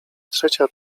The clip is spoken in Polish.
trzecia